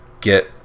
get